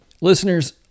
Listeners